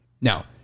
Now